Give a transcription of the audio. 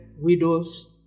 widows